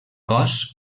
cos